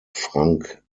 frank